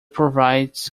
provides